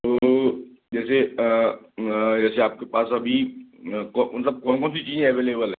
तो जैसे जैसे आपके पास अभी मतलब कौन कौन सी चीज़े अवेलेवल हैं